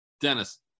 Dennis